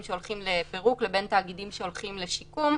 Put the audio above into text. שהולכים לפירוק לבין תאגידים שהולכים לשיקום.